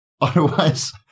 otherwise